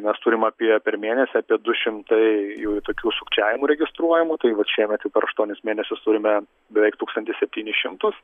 mes turim apie per mėnesį apie du šimtai tokių sukčiavimų registruojamų tai vat šiemet jau per aštuonis mėnesius turime beveik tūkstantį septynis šimtus